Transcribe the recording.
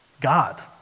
God